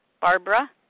Barbara